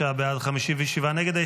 49 בעד, 57 נגד.